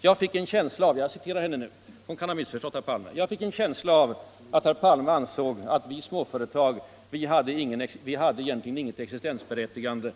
Jag fick en känsla av” — jag citerar henne nu, men hon kan ha missförstått herr Palme — ”att herr Palme ansåg att vi småföretagare egentligen inte har något existensberättigande